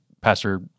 Pastor